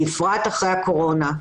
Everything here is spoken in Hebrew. בפרט אחרי הקורונה,